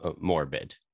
morbid